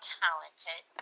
talented